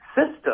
system